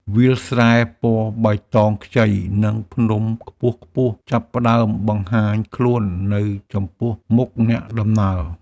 វាលស្រែពណ៌បៃតងខ្ចី និងភ្នំខ្ពស់ៗចាប់ផ្ដើមបង្ហាញខ្លួននៅចំពោះមុខអ្នកដំណើរ។